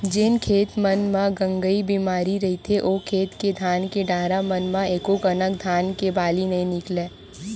जेन खेत मन म गंगई बेमारी रहिथे ओ खेत के धान के डारा मन म एकोकनक धान के बाली नइ निकलय